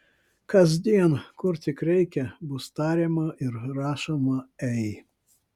kasdien kur tik reikia bus tariama ir rašoma ei